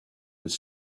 was